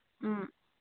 ꯎꯝ